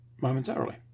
momentarily